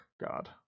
God